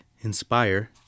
inspire